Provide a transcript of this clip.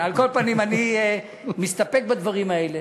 על כל פנים, אני מסתפק בדברים האלה.